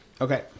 Okay